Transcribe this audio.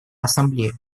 ассамблеи